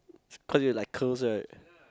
cause you like curls right